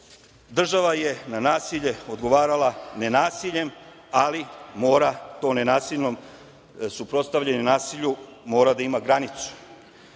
država je na nasilje odgovarala nenasiljem, ali mora to nenasilno suprotstavljanje nasilju da ima granicu.